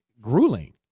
grueling